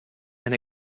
and